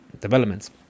developments